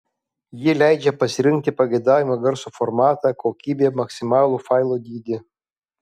ji leidžia pasirinkti pageidaujamą garso formatą kokybę maksimalų failo dydį